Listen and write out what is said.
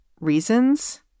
reasons